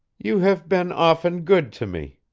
you have been often good to me.